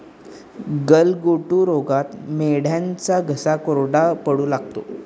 गलघोटू रोगात मेंढ्यांचा घसा कोरडा पडू लागतो